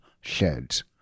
sheds